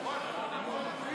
לוועדת הכנסת נתקבלה.